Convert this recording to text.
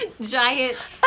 giant